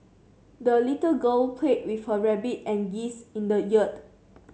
the little girl played with her rabbit and geese in the yard